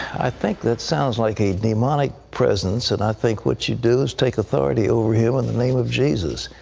i think that sounds like a demonic presence. and i think what you do is take authority over him in the name of jesus.